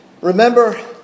Remember